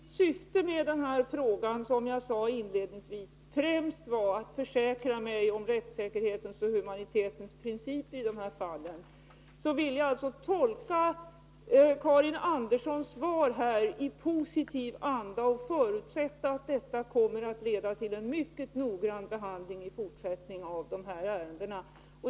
Herr talman! Eftersom mitt syfte med den här frågan — som jag sade inledningsvis — främst var att försäkra mig om att rättssäkerhetens och humanitetens principer upprätthålls i de här fallen, vill jag tolka Karin Anderssons svar i positiv anda och förutsätta att vi i fortsättningen kommer att få en mycket noggrann behandling av de här ärendena.